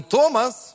Thomas